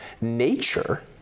nature